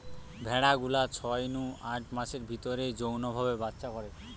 ভেড়া গুলা ছয় নু আট মাসের ভিতরেই যৌন ভাবে বাচ্চা করে